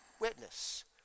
witness